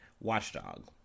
watchdog